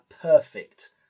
perfect